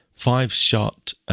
five-shot